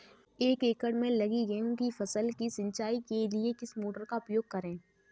एक एकड़ में लगी गेहूँ की फसल की सिंचाई के लिए किस मोटर का उपयोग करें?